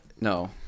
No